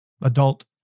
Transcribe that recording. adult